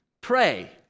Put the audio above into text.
pray